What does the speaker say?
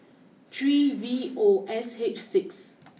three V O S H six